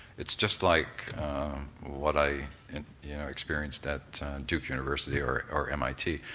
it's just like what i and you know experienced at duke university or or mit,